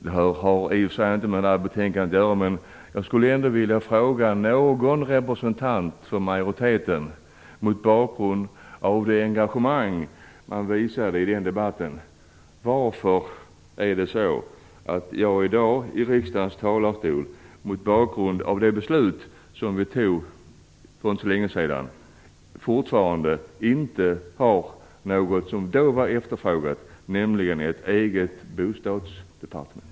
Det har i och för sig inte med det här betänkandet att göra, men jag skulle ändå - mot bakgrund av det beslut vi fattade för inte så länge sedan och mot bakgrund av det engagemang man visade i den debatten - vilja fråga någon representant för majoriteten varför vi i riksdagen i dag fortfarande inte har ett eget bostadsdepartement, något som då efterfrågades.